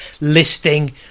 listing